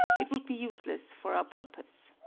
it would be useless for our purpose.